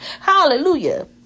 hallelujah